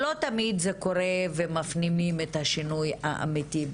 לא תמיד זה קורה ומפנימים את השינוי האמיתי,